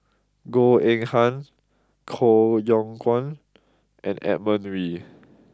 Goh Eng Han Koh Yong Guan and Edmund Wee